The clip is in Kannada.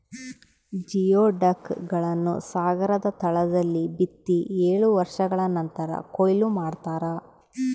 ಜಿಯೊಡಕ್ ಗಳನ್ನು ಸಾಗರದ ತಳದಲ್ಲಿ ಬಿತ್ತಿ ಏಳು ವರ್ಷಗಳ ನಂತರ ಕೂಯ್ಲು ಮಾಡ್ತಾರ